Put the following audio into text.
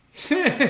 see